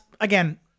again